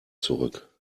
zurück